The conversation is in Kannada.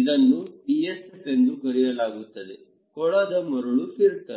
ಇದನ್ನು PSF ಎಂದು ಕರೆಯಲಾಗುತ್ತದೆ ಕೊಳದ ಮರಳು ಫಿಲ್ಟರ್